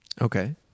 Okay